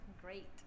great